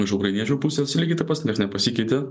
iš ukrainiečių pusės irgi tapas nieks nepasikeitė